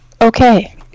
okay